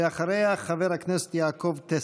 ואחריה, חבר הכנסת יעקב טסלר.